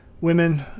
women